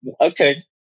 Okay